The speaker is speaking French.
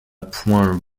point